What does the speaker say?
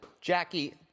Jackie